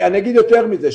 אני אומר יותר מזה.